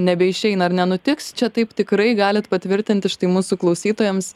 nebeišeina ar nenutiks čia taip tikrai galit patvirtinti štai mūsų klausytojams